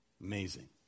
Amazing